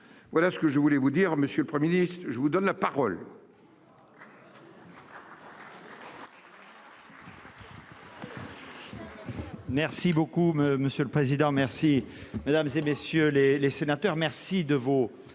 voilà ce que je voulais vous dire Monsieur le 1er ministre je vous donne la parole.